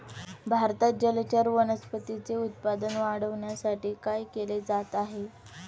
भारतात जलचर वनस्पतींचे उत्पादन वाढविण्यासाठी काय केले जात आहे?